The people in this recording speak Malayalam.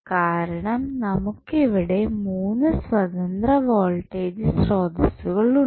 കാരണം നമുക്ക് ഇവിടെ 3 സ്വതന്ത്ര വോൾട്ടേജ് സ്രോതസ്സുകൾ ഉണ്ട്